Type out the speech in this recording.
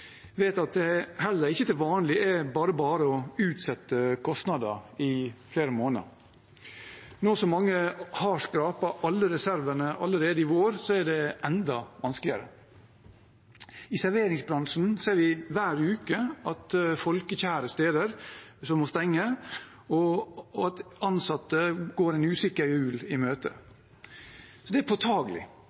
vet at det heller ikke til vanlig er bare-bare å utsette kostnader i flere måneder. Nå som mange har skrapt alle reservene allerede i vår, er det enda vanskeligere. I serveringsbransjen ser vi hver uke at folkekjære steder må stenge, og at ansatte går en usikker jul i møte. Det er påtagelig